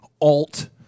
alt-